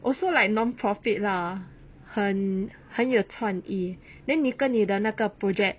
also like non-profit lah 很很有创意 then 你跟你的那个 project